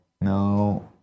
No